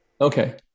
Okay